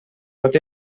pot